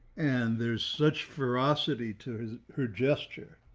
and there's such ferocity to her gesture